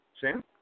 Sam